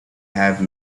have